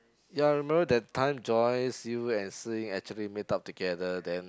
ya I remember that time Joyce you and Si Ying actually meet up together then